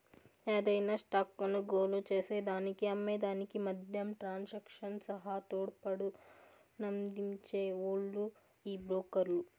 యాదైన స్టాక్ కొనుగోలు చేసేదానికి అమ్మే దానికి మద్యం ట్రాన్సాక్షన్ సహా తోడ్పాటునందించే ఓల్లు ఈ బ్రోకర్లు